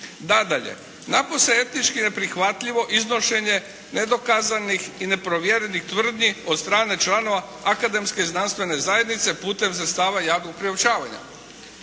Nadalje, napose je etnički neprihvatljivo iznošenje nedokazanih i neprovjerenih tvrdnji od strane članova akademske znanstvene zajednice putem sredstava javnog priopćavanja.